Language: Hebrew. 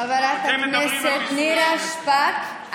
חברת הכנסת נירה שפק,